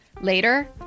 Later